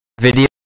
video